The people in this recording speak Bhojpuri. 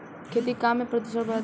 खेती के काम में प्रदूषण बढ़ता